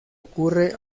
ocurre